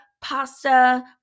pasta